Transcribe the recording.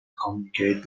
communicate